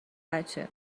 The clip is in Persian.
بچه